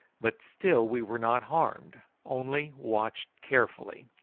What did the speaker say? but still we were not harmed, only watched carefully,